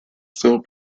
still